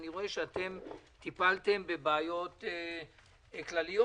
אני רואה שאתם טיפלתם בבעיות כלליות